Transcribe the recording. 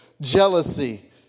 Jealousy